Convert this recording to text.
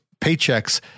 paychecks